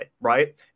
right